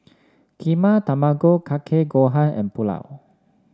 Kheema Tamago Kake Gohan and Pulao